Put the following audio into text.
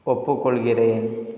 ஒப்புக்கொள்கிறேன்